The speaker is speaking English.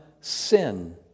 sin